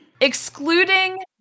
excluding